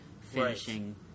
finishing